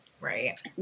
Right